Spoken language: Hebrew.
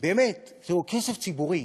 באמת, תראו, כסף ציבורי,